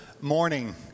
morning